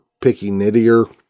picky-nittier